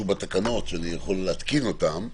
לתקנות, שאני יכול להתקין אותן,